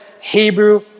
Hebrew